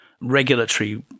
regulatory